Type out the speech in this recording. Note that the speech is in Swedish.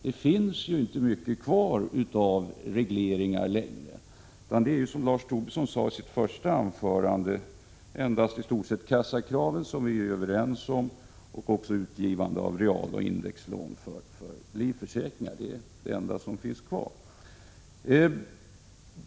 Det finns ju inte längre mycket kvar av regleringar, utan i stort sett kvarstår, som Lars Tobisson sade i sitt första anförande, endast kassakraven —som vi är överens om — och utgivande av realoch indexlån för livförsäkringsbolag.